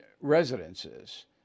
residences